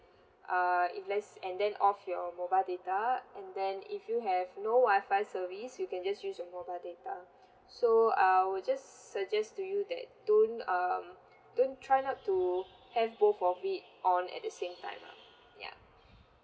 err if let's and then off your mobile data and then if you have no wi-fi service you can just use your mobile data so I will just suggest to you that don't um don't try not to have both of it on at the time lah ya